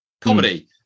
comedy